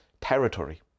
territory